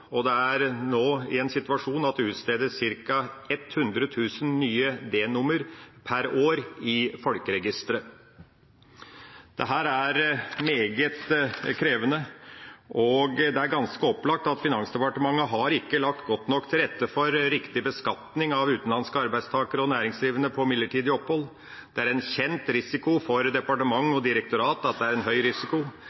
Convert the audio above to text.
og det er nå en situasjon hvor det utstedes ca. 100 000 nye D-nummer per år i folkeregisteret. Dette er meget krevende, og det er ganske opplagt at Finansdepartementet ikke har lagt godt nok til rette for riktig beskatning av utenlandske arbeidstakere og næringsdrivende på midlertidig opphold. Det er en kjent sak for departement